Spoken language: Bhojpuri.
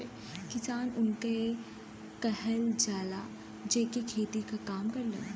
किसान उनके कहल जाला, जौन खेती क काम करलन